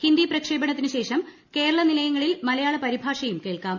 ഹിന്ദി പ്രക്ഷേപണത്തിന്റ് ശേഷം കേരള നിലയങ്ങളിൽ മലയാള പരിഭാഷ്ട്യും ക്കേൾക്കാം